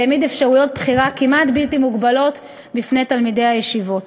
והעמיד אפשרויות בחירה כמעט בלתי מוגבלות לפני תלמידי הישיבות.